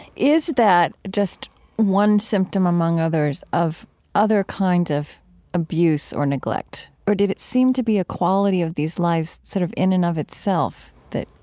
is that just one symptom among others of other kinds of abuse or neglect? or did it seem to be a quality of these lives sort of in and of itself that,